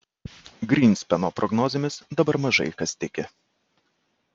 grynspeno prognozėmis dabar mažai kas tiki